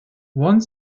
one